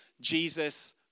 Jesus